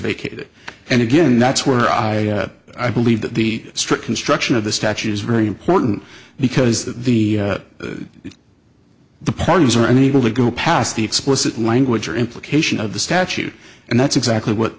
vacated and again that's where i i believe that the strict construction of the statute is very important because the if the parties are unable to go past the explicit language or implication of the statute and that's exactly what